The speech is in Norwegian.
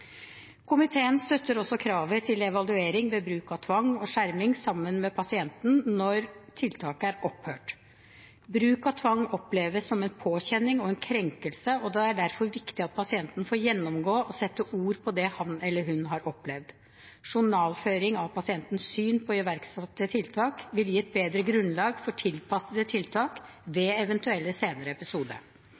Komiteen støtter også kravet til evaluering ved bruk av tvang og skjerming sammen med pasienten når tiltaket er opphørt. Bruk av tvang oppleves som en påkjenning og en krenkelse, og det er derfor viktig at pasienten får gjennomgå og sette ord på det han eller hun har opplevd. Journalføring av pasientens syn på iverksatte tiltak vil gi et bedre grunnlag for tilpassede tiltak ved eventuelle senere